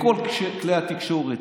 בכל כלי התקשורת